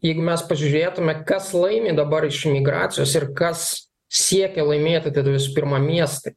jeigu mes pasižiūrėtume kas laimi dabar iš imigracijos ir kas siekia laimėti tai visų pirma miestai